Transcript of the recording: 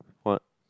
what